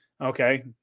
Okay